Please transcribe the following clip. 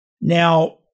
Now